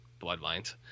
bloodlines